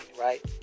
right